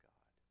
God